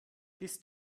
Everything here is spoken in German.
bist